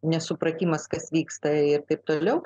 nesupratimas kas vyksta ir taip toliau